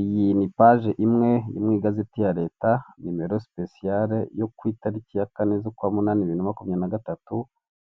Iyi ni paje imwe mu igazeti ya leta número spécial yo ku itariki ya kane z'ukwa mMunani bibiri na makumya na gatatu,